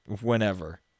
whenever